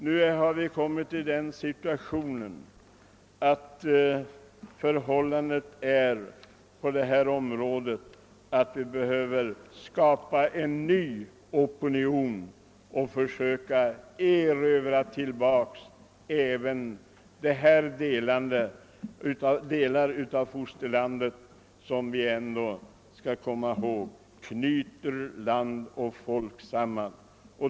Nu har vi kommit i den situationen att vi behöver skapa en ny opinion på detta område och försöka erövra tillbaka även dessa delar av fosterlandet, som vi ändå skall komma ihåg knyter land och folk samman.